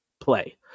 play